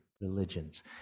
religions